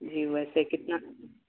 جی ویسے کتنا